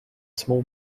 small